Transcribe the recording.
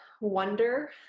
wonder